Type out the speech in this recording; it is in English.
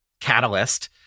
catalyst